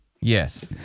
Yes